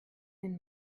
den